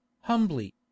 humbly